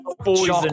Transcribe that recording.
poison